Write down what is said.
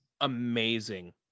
amazing